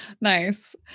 nice